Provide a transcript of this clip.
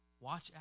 Watch